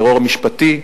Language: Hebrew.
טרור משפטי.